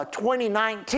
2019